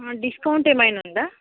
discount ఏమైనా ఉందా